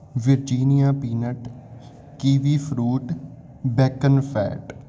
virginia peanut kiwi fruit bacon fat